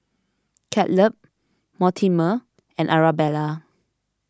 Caleb Mortimer and Arabella